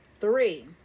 Three